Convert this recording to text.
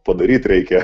padaryt reikia